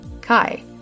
Kai